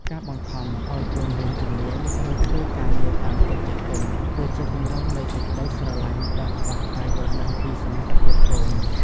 ការបង្ខំឱ្យកូនរៀនជំនាញ ឬធ្វើការងារតាមចិត្តចាស់ទុំ គឺជាទម្រង់នៃសេចក្តីស្រឡាញ់ដែលខ្វះការយល់ដឹងពីសមត្ថភាពកូន។